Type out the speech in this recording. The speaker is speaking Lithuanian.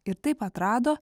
ir taip atrado